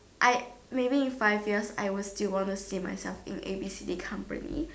I maybe in five years I will still want to see myself in the A B C D company